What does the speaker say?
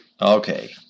Okay